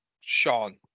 Sean